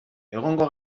egongo